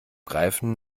greifen